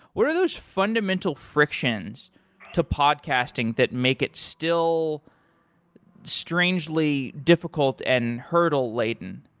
what are those fundamental frictions to podcasting that make it still strangely difficult and hurdle laden?